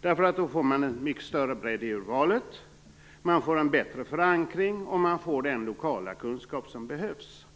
Då får man en mycket större bredd i urvalet, en bättre förankring och den lokala kunskap som behövs.